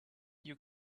you